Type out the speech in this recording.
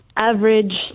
Average